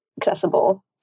accessible